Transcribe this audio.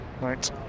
Right